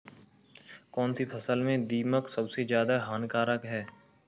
कौनसी फसल में दीमक सबसे ज्यादा हानिकारक है?